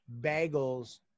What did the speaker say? bagels